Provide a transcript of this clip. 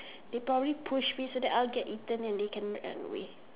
they probably push me so that I'll get eaten and they can run away